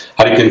hundred